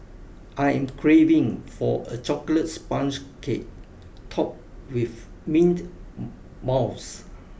I am craving for a chocolate sponge cake topped with mint mouse